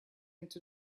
into